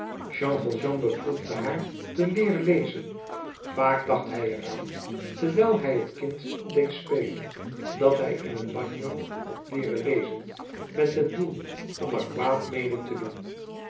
jean valjean beproefde haar te leeren lezen vaak dacht hij er aan terwijl hij het kind deed spellen dat hij in het bagno had leeren lezen met het doel om er kwaad mede te doen